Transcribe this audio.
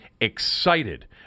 excited